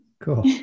cool